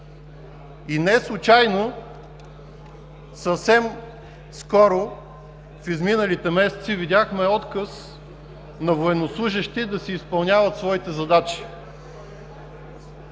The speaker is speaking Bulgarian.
Неслучайно съвсем скоро в изминалите месеци видяхме отказ на военнослужещи да изпълняват своите задачи.